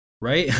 right